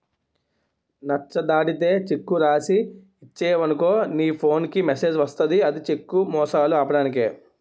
నచ్చ దాటితే చెక్కు రాసి ఇచ్చేవనుకో నీ ఫోన్ కి మెసేజ్ వస్తది ఇది చెక్కు మోసాలు ఆపడానికే